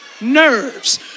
nerves